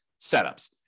setups